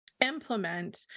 implement